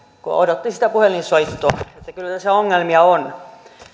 kun odotti sitä puhelinsoittoa niin että kyllä tässä ongelmia on